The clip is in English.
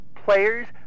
players